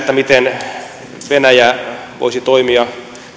miten venäjä voisi toimia